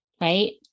right